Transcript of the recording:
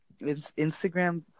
Instagram